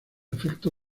afecto